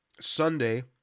Sunday